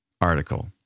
article